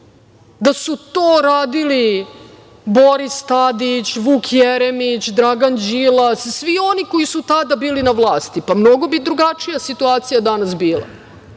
da su to radili Boris Tadić, Vuk Jeremić, Dragan Đilas, svi oni koji su tada bili na vlasti, mnogo bi drugačija situacija danas bila,